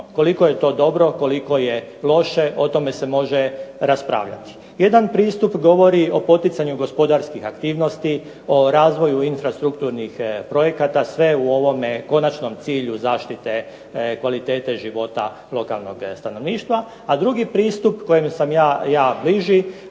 Koliko je dobro, koliko loše, o tome se može raspravljati. Jedan pristup govori o poticanju gospodarskih aktivnosti o razvoju infrastrukturnih projekata sve u ovome konačnom cilju zaštite kvalitete života lokalnog stanovništva, a drugi pristup kojem sam ja bliži,